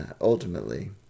ultimately